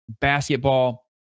basketball